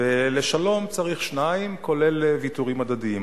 לשלום צריך שניים, כולל ויתורים הדדיים.